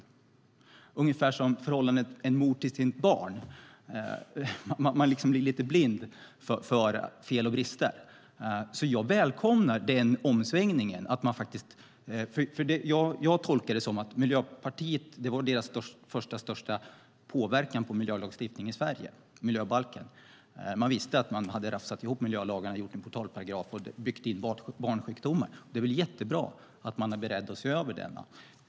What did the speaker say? Det var ungefär som en mors förhållande till sitt barn - man blir liksom lite blind för fel och brister. Jag välkomnar omsvängningen här och gör tolkningen att miljöbalken var Miljöpartiets första och största påverkan på miljölagstiftningen i Sverige. Man visste att miljölagarna hade rafsats ihop, att en portalparagraf hade gjorts och att barnsjukdomar hade byggts in. Det är jättebra att man nu är beredd att göra en översyn.